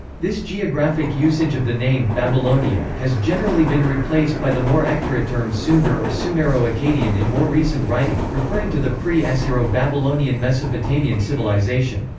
this geographic usage of the name babylonia' has generally been replaced by the more accurate term sumer or sumero-akkadian in more recent writing, referring to the pre-assyro-babylonian mesopotamian civilization.